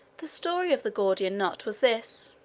the story of the gordian knot was this.